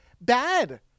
bad